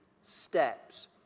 steps